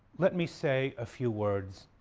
let me say a few words,